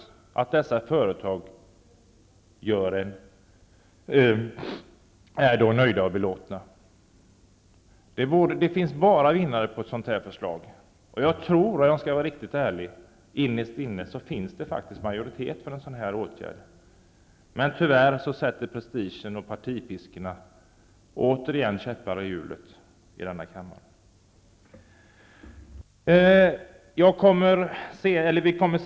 Dessutom blir man på företagen i fråga nöjd och belåten. Det finns bara vinnare på det här förslaget. Jag tror innerst inne om jag skall vara riktigt ärlig, att det faktiskt finns en majoritet för en sådan här åtgärd. Tyvärr gör detta med prestige och partipiskor att det återigen i denna kammare sätts käppar i hjulet.